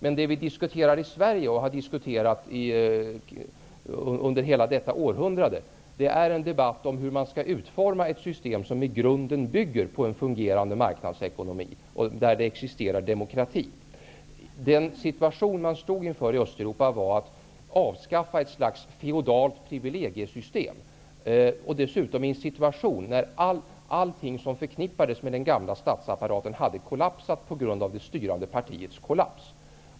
Men det vi diskuterar och har diskuterat under hela detta århundrade är hur man skall utforma ett system som i grunden bygger på en fungerande marknadsekonomi och demokrati. Den situation som man stod inför i Östeuropa var att man skulle avskaffa ett slags feodalt privilegiesystem. Detta skulle dessutom göras i en situation när allting som förknippades med den gamla statsapparaten hade brutit samman på grund av det styrande partiets kollaps.